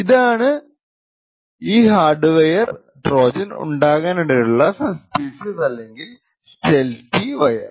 ഇതാണ് ആ hardware Trojan ഉണ്ടാകാനിടയുള്ള സസ്സ്പീഷ്യസ് അല്ലെങ്കിൽ സ്റ്റേൽത്തി വയർ